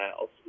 else